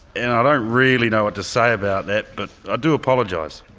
and i don't really know what to say about that, but i do apologise.